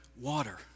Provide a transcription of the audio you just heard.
water